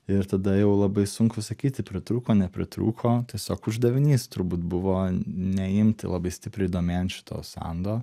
ir tada jau labai sunku sakyti pritrūko nepritrūko tiesiog uždavinys turbūt buvo neimti labai stipriai domėn šito sando